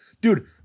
dude